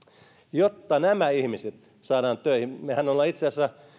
jotta nämä ihmiset saadaan töihin mehän olemme itse asiassa